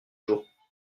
jours